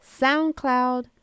SoundCloud